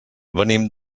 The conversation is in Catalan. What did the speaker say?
venim